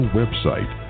website